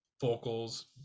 vocals